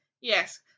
Yes